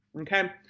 Okay